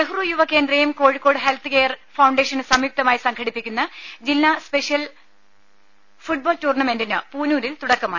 നെഹ്റുയുവ കേന്ദ്രയും Kozhikode health care ഫൌണ്ടേഷനും സംയുക്തമായി സംഘടിപ്പിക്കുന്ന ജില്ലാ സ് പെഷ്യൽ ഫുട്ബാൾ ടൂർണമെന്റിന് പൂനൂരിൽ തുടക്കമായി